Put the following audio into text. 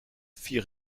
fit